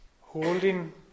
holding